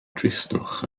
dristwch